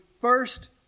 first